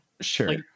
Sure